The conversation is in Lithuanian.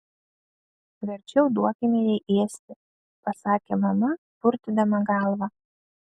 verčiau duokime jai ėsti pasakė mama purtydama galvą